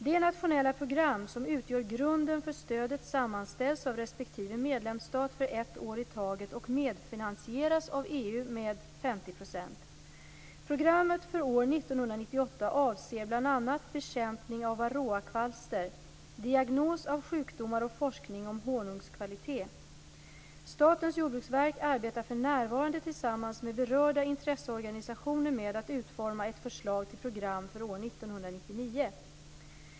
De nationella program som utgör grunden för stödet sammanställs av respektive medlemsstat för ett år i taget och medfinansieras av EU med Statens jordbrukvsverk arbetar för närvarande tillsammans med berörda intresseorganisationer med att utforma ett förslag till program för år 1999.